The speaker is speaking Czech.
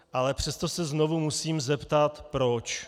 Ale přesto se znovu musím zeptat proč?